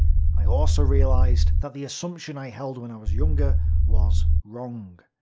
i also realized that the assumption i held when i was younger was wrong.